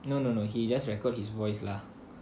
no no no he just record his voice lah